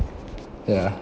ya